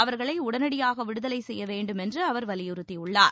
அவர்களை உடனடியாக விடுதலை செய்ய வேண்டுமென்று அவர் வலியுறுத்தியுள்ளார்